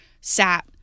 sat